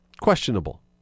Questionable